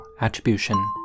Attribution